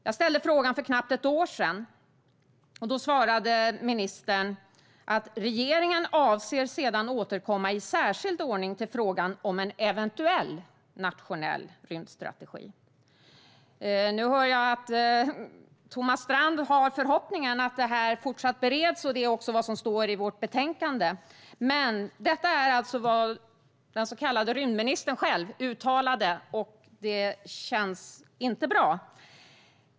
Jag ställde frågan för knappt ett år sedan och fick svaret från ministern: "Regeringen avser sedan återkomma i särskild ordning till frågan om en eventuell nationell rymdstrategi." Nu hör jag att Thomas Strand har förhoppningen att frågan fortsatt bereds, och det är också vad som står i vårt betänkande. Men detta är alltså vad den så kallade rymdministern själv uttalade, och det känns inte bra.